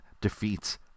defeats